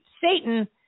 Satan